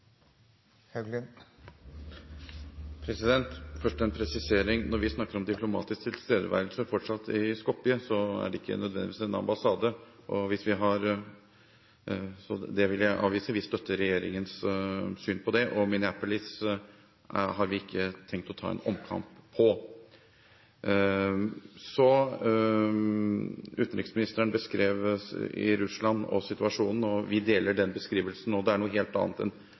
replikkordskifte. Først en presisering: Når vi snakker om fortsatt diplomatisk tilstedeværelse i Skopje, er det ikke nødvendigvis en ambassade. Det vil jeg avvise. Vi støtter regjeringens syn der, og Minneapolis har vi ikke tenkt å ta en omkamp på. Utenriksministeren beskrev Russland og situasjonen der. Vi deler den beskrivelsen – Russland er noe helt annet enn Sovjetunionen. Det